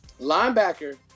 linebacker